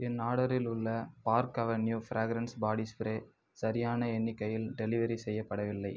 என் ஆர்டரில் உள்ள Park Avenue fragrance body spray சரியான எண்ணிக்கையில் டெலிவரி செய்யப்படவில்லை